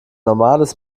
normales